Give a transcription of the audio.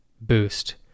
boost